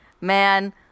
man